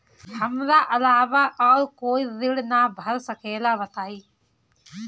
हमरा अलावा और कोई ऋण ना भर सकेला बताई?